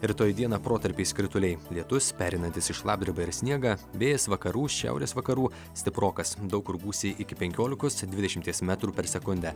rytoj dieną protarpiais krituliai lietus pereinantis į šlapdribą ir sniegą vėjas vakarų šiaurės vakarų stiprokas daug kur gūsiai iki penkiolikos dvidešimties metrų per sekundę